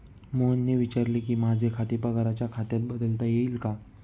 मोहनने विचारले की, माझे खाते पगाराच्या खात्यात बदलता येईल का